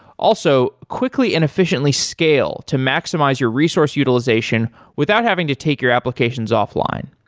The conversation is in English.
also, quickly and efficiently scale to maximize your resource utilization without having to take your applications offline.